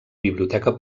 biblioteca